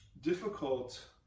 difficult